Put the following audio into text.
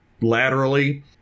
laterally